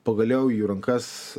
pagaliau į rankas